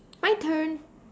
my turn